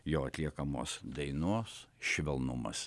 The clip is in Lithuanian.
jo atliekamos dainos švelnumas